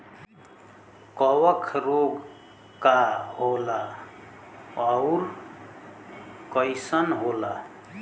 कवक रोग का होला अउर कईसन होला?